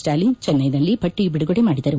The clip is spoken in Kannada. ಸ್ಟಾಲಿನ್ ಚೆನ್ನೈನಲ್ಲಿ ಪಟ್ಟಿ ಬಿಡುಗಡೆ ಮಾಡಿದರು